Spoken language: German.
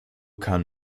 kann